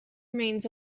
remains